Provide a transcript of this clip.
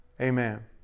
Amen